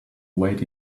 weight